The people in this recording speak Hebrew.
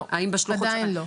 עדיין לא.